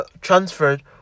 transferred